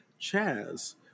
Chaz